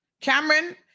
Cameron